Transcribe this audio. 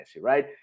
right